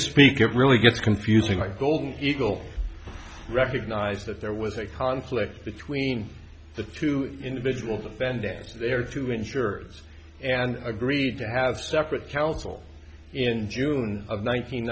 misspeak it really gets confusing like golden eagle recognized that there was a conflict between the two individuals offending there to ensure and agreed to have separate counsel in june of